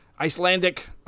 Icelandic